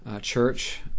church